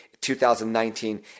2019